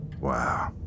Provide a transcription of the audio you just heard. Wow